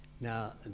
Now